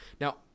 Now